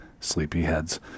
sleepyheads